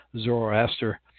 Zoroaster